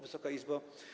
Wysoka Izbo!